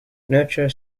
nurture